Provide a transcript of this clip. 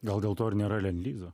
gal dėl to ir nėra lendlizo